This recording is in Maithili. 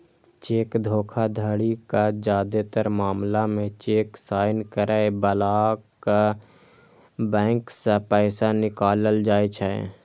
चेक धोखाधड़ीक जादेतर मामला मे चेक साइन करै बलाक बैंक सं पैसा निकालल जाइ छै